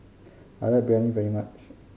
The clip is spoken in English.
I like Biryani very much